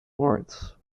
lawrence